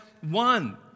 one